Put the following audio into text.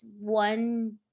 one